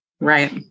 Right